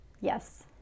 Yes